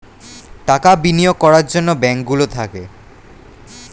টাকা বিনিয়োগ করার জন্যে ব্যাঙ্ক গুলো থাকে